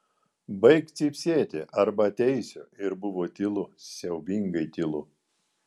baik cypsėti arba ateisiu ir buvo tylu siaubingai tylu